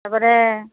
ତାପରେ